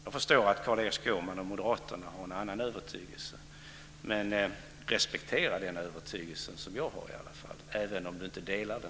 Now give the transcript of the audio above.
Jag förstår att Carl-Erik Skårman och Moderaterna har en annan övertygelse, men Carl-Erik Skårman bör respektera den övertygelse som jag har även om han inte delar den.